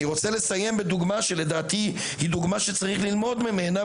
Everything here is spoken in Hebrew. אני רוצה לסיים בדוגמא שלדעתי היא דוגמא שצריך ללמוד ממנה,